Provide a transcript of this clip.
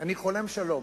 אני חולם שלום,